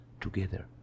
together